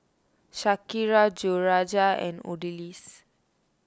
Shakira Jorja and Odalis